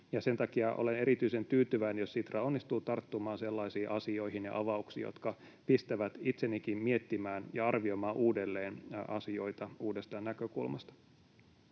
Sen takia olen erityisen tyytyväinen, jos Sitra onnistuu tarttumaan sellaisiin asioihin ja avauksiin, jotka pistävät itsenikin miettimään ja arvioimaan uudelleen asioita uudesta näkökulmasta.